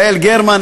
יעל גרמן,